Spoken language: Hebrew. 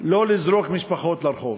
לא לזרוק משפחות לרחוב,